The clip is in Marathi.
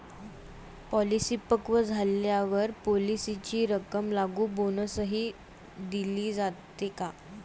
पॉलिसी पक्व झाल्यावर पॉलिसीची रक्कम लागू बोनससह दिली जाते का?